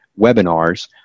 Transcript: webinars